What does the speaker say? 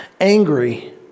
angry